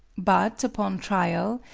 but, upon trial,